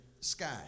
sky